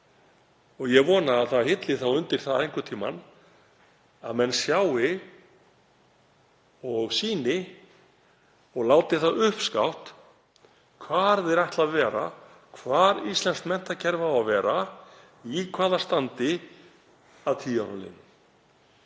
Ég vona að það hilli undir það einhvern tímann að menn sjái og sýni og láti það uppskátt hvar þeir ætla að vera, hvar íslenskt menntakerfi á að vera og í hvaða standi að tíu